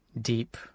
deep